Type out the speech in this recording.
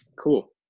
Cool